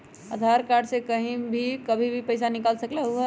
आधार card से कहीं भी कभी पईसा निकाल सकलहु ह?